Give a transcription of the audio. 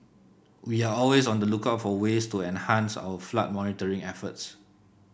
we are always on the lookout for ways to enhance our flood monitoring efforts